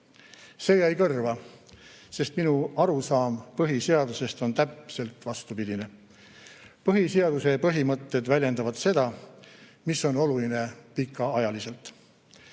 See jäi kõrva, sest minu arusaam põhiseadusest on täpselt vastupidine: põhiseaduse põhimõtted väljendavad seda, mis on oluline pikaajaliselt.